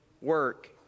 work